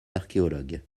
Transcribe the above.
archéologues